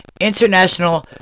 international